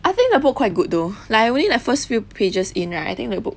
I think the book quite good though like I reading the first few pages in right I think the book